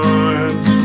arms